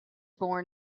born